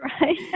right